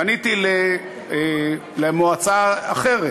פניתי למועצה אחרת,